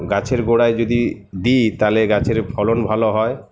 গাছের গোড়ায় যদি দি তাহলে গাছের ফলন ভালো হয়